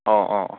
ꯑꯣ ꯑꯣ ꯑꯣ